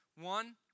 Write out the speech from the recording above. One